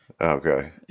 Okay